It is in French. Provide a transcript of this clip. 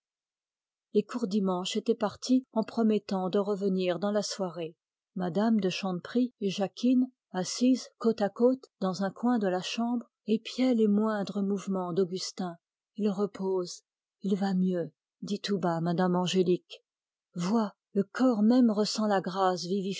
les courdimanche étaient partis en promettant de revenir dans la soirée mme de chanteprie et jacquine assises côte à côte dans un coin de la chambre épiaient les moindres mouvements d'augustin il repose il va mieux dit tout bas mme angélique vois le corps même ressent la grâce